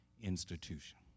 institution